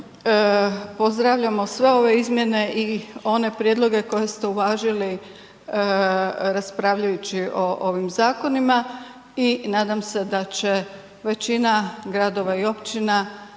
pozdravljamo sve ove izmjene i one prijedloge koje ste uvažili raspravljajući o ovim zakonima i nadam se da će većina gradova i općina